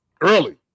early